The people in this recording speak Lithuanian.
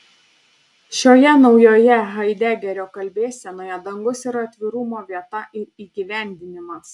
šioje naujoje haidegerio kalbėsenoje dangus yra atvirumo vieta ir įgyvendinimas